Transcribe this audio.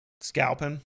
scalping